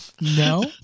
No